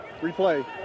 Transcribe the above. replay